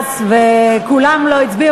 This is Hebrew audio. קרנות ומענקי השתלמות,